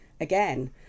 again